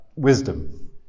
wisdom